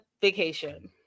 vacation